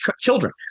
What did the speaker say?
children